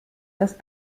das